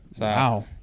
Wow